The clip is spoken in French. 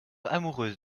amoureuse